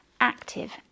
active